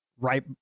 right